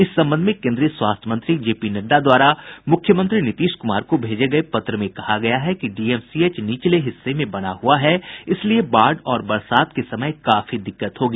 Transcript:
इस संबंध में केन्द्रीय स्वास्थ्य मंत्री जेपी नड्डा द्वारा मुख्यमंत्री नीतीश कुमार को भेजे गये पत्र में कहा गया है कि डीएमसीएच निचले हिस्से में बना हुआ है इसलिए बाढ़ और बरसात के समय काफी दिक्कत होगी